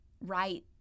right